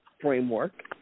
framework